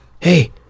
Hey